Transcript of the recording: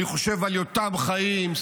אני חושב על יותם חיים,